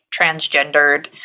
transgendered